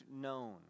known